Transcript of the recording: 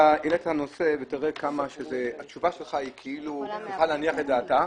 העלית נושא והתשובה שלך כאילו צריכה להניח את דעתה,